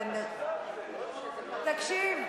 תקשיב,